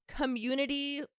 community